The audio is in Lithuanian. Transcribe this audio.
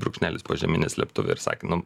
brūkšnelis požemine slėptuve ir sakė nu